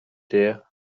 dear